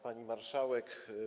Pani Marszałek!